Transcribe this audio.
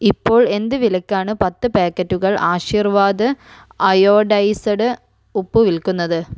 ഇപ്പോൾ എന്ത് വിലയ്ക്കാണ് പത്ത് പാക്കറ്റുകൾ ആശീർവാദ് അയോഡൈസ്ഡ് ഉപ്പ് വിൽക്കുന്നത്